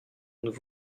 nous